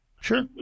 Sure